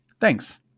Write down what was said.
Thanks